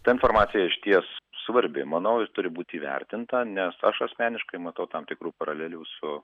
ta informacija išties svarbi manau ir turi būti įvertinta nes aš asmeniškai matau tam tikrų paralelių su